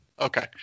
Okay